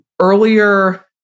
earlier